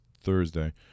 Thursday